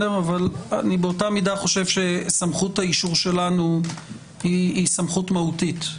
אבל באותה מידה אני חושב שסמכות האישור שלנו היא סמכות מהותית,